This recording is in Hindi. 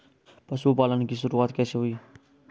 पशुपालन की शुरुआत कैसे हुई?